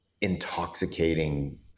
intoxicating